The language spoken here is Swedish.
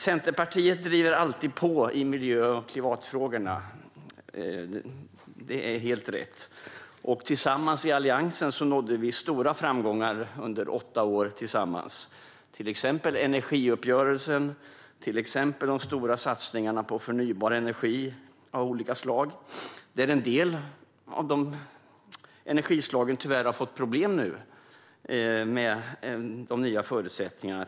Centerpartiet driver alltid på i miljö och klimatfrågorna; det är helt rätt. I Alliansen nådde vi stora framgångar under åtta år tillsammans, till exempel energiuppgörelsen och de stora satsningarna på förnybar energi av olika slag. En del av de energislagen har tyvärr fått problem nu med de nya förutsättningarna.